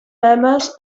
members